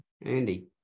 Andy